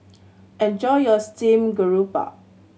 enjoy your steamed garoupa